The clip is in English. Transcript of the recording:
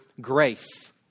grace